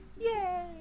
yay